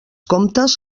comtes